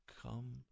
come